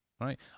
right